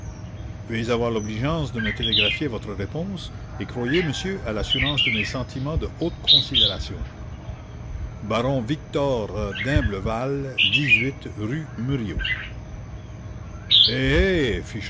veuillez avoir l'obligeance de me télégraphier votre réponse et croyez monsieur à l'assurance de mes sentiments de haute considération